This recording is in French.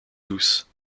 douces